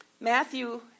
Matthew